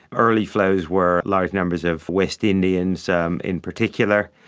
early flows were large numbers of west indians um in particular,